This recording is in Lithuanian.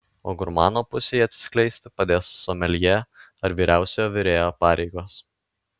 o gurmano pusei atsiskleisti padės someljė ar vyriausiojo virėjo pareigos